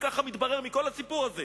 ככה מתברר מכל הסיפור הזה.